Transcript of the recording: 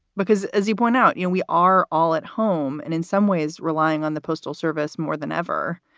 because, as you point out, you know, we are all at home and in some ways relying on the postal service more than ever.